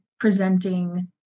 Presenting